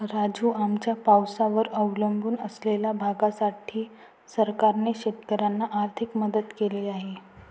राजू, आमच्या पावसावर अवलंबून असलेल्या भागासाठी सरकारने शेतकऱ्यांना आर्थिक मदत केली आहे